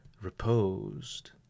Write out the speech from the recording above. reposed